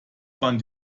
man